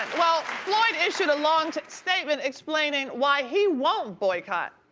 well, floyd issued a long statement explaining why he won't boycott.